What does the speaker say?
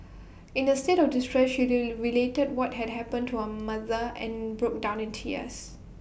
in her state of distress she related what had happened to her mother and broke down in tears